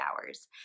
hours